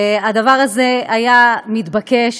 הדבר הזה היה מתבקש,